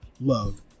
love